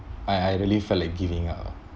I I really felt like giving up ah